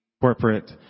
corporate